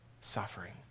suffering